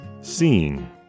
seeing